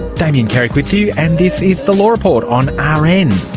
damien carrick with you, and this is the law report on ah